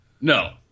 No